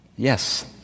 Yes